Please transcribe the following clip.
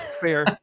Fair